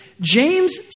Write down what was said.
James